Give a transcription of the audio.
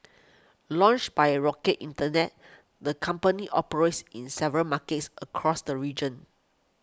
launched by a Rocket Internet the company operates in several markets across the region